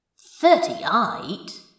Thirty-eight